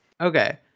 Okay